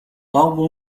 гомбо